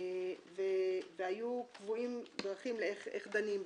והיו קבועים דרכים איך דנים בה.